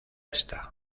está